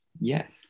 Yes